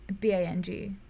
B-A-N-G